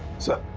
sir.